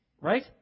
right